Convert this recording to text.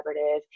Collaborative